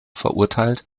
verurteilt